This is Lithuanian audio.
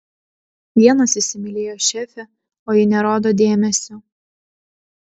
vienas įsimylėjo šefę o ji nerodo dėmesio